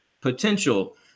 potential